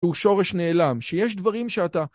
הוא שורש נעלם שיש דברים שאתה